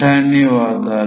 ధన్యవాదాలు